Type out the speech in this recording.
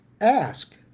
ask